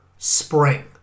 spring